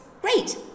great